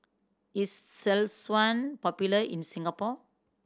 is Selsun popular in Singapore